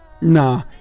nah